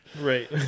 right